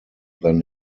than